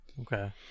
Okay